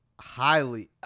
highly